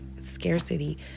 scarcity